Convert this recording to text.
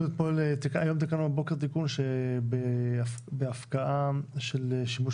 היום תיקנו בבוקר תיקון שבהפקעה של שימוש